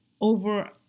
over